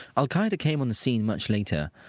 al-qaeda came on the scene much later.